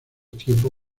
tiempo